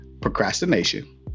procrastination